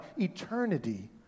eternity